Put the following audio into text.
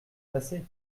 passer